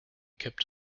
kept